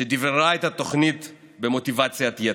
שדבררה את התוכנית במוטיבציית יתר.